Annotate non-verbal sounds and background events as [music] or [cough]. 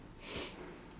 [noise]